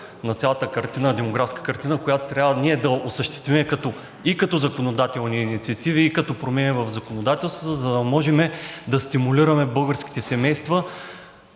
на цялата демографска картина, която ние трябва да осъществим, и като законодателни инициативи, и като промени в законодателството, за да може да стимулираме българските семейства